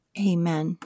amen